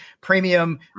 premium